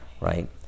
right